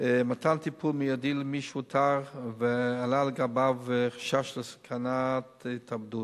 מתן טיפול מיידי למי שאותר ועלה לגביו חשש לסכנת התאבדות.